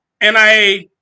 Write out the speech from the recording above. NIA